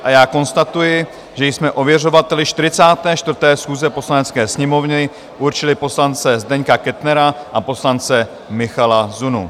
A já konstatuji, že jsme ověřovateli 44. schůze Poslanecké sněmovny určili poslance Zdeňka Kettnera a poslance Michala Zunu.